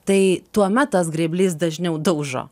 tai tuomet tas grėblys dažniau daužo